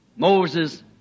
Moses